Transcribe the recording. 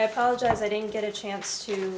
apologize i didn't get a chance to